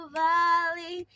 valley